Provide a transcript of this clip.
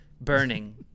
burning